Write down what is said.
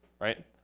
right